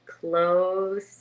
close